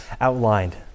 outlined